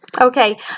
Okay